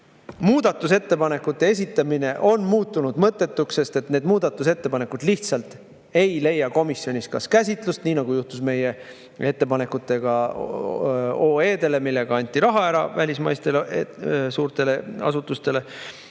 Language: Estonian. Muudatusettepanekute esitamine on muutunud mõttetuks, sest need lihtsalt ei leia komisjonis kas käsitlust, nii nagu juhtus meie ettepanekutega OE‑de kohta, millega anti raha ära välismaistele suurtele asutustele,